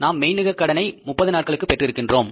நாம் மெய்நிகர் கடனை 30 நாட்களுக்கு பெற்றிருக்கின்றோம்